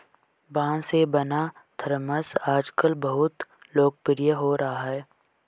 बाँस से बना थरमस आजकल बहुत लोकप्रिय हो रहा है